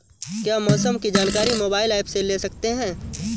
क्या मौसम की जानकारी मोबाइल ऐप से ले सकते हैं?